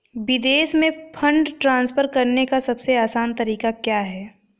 विदेश में fund transfer करने का सबसे आसान तरीका क्या है?